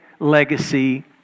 legacy